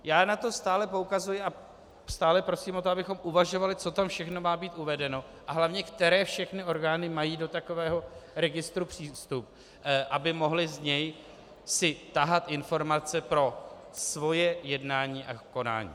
Já na to stále poukazuji a stále prosím o to, abychom uvažovali, co tam všechno má být uvedeno, a hlavně které všechny orgány mají do takového registru přístup, aby si z něj mohly tahat informace pro svoje jednání a konání.